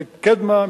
קדמה,